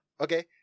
Okay